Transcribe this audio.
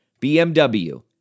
BMW